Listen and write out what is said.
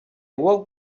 walked